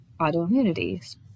autoimmunities